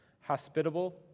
hospitable